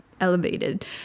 elevated